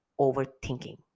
overthinking